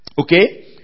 Okay